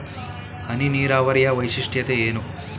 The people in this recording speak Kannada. ಹನಿ ನೀರಾವರಿಯ ವೈಶಿಷ್ಟ್ಯತೆ ಏನು?